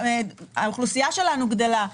האוכלוסייה שלנו גדלה.